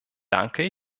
danke